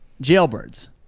jailbirds